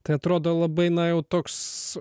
tai atrodo labai na jau toks